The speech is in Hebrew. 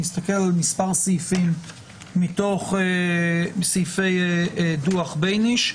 נסתכל על מספר סעיפים מתוך סעיפי דוח בייניש.